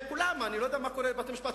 אני לא יודע מה קורה בבתי-משפט,